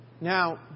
Now